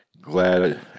Glad